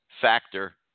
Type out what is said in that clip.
factor